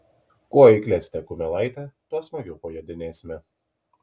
kuo eiklesnė kumelaitė tuo smagiau pajodinėsime